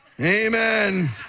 Amen